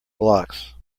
blocks